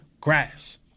grass